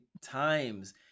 times